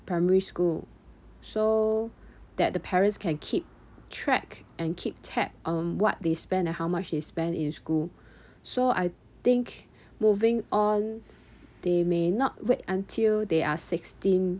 primary school so that the parents can keep track and keep tab on what they spend and how much they spend in school so I think moving on they may not wait until they are sixteen